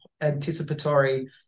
anticipatory